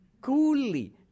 coolly